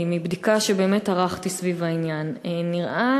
כי מבדיקה שערכתי סביב העניין נראה